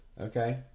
Okay